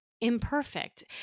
imperfect